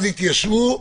אז יתיישרו,